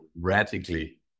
radically